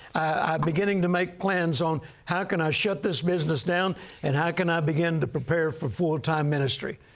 i'm beginning to make plans on, how can i shut this business down and how can i begin to prepare for full-time ministry?